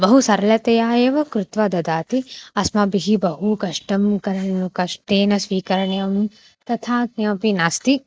बहु सरलतया एव कृत्वा ददाति अस्माभिः बहु कष्टं क कष्टेन स्वीकरणीयं तथा किमपि नास्ति